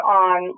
on